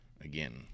Again